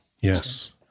Yes